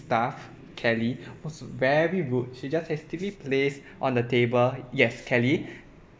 staff kelly was very rude she just hastily placed on the table yes kelly